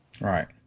Right